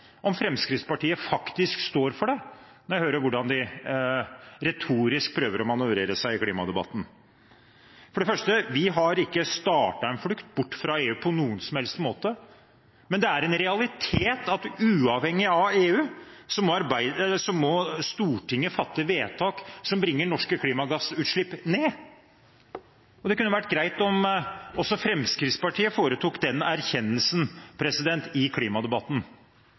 om Fremskrittspartiet faktisk står for det, når jeg hører hvordan de retorisk prøver å manøvrere seg i klimadebatten. For det første: Vi har ikke startet en flukt bort fra EU på noen som helst måte, men det er en realitet at uavhengig av EU må Stortinget fatte vedtak som bringer norske klimagassutslipp ned. Det kunne være greit om også Fremskrittspartiet foretok den erkjennelsen i klimadebatten.